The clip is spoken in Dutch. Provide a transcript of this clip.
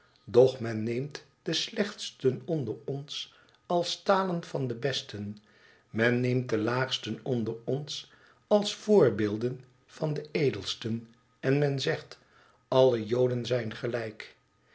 men neemt de slechtsten onder ons als stalen van de besten men neemt de laagsten onder ons als voorbeelden van de edelsten en men zegt alle joden zijn gelijk